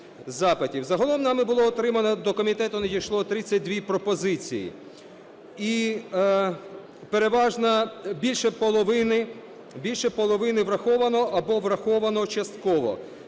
Загалом нами було отримано… до комітету надійшло 32 пропозиції. І переважна… більше половини враховано або враховано частково,